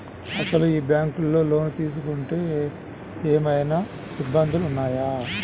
అసలు ఈ బ్యాంక్లో లోన్ తీసుకుంటే ఏమయినా ఇబ్బందులు వస్తాయా?